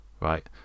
right